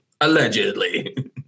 allegedly